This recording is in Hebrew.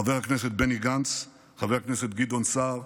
חבר הכנסת בני גנץ, חבר הכנסת גדעון סער,